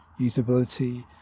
usability